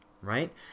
right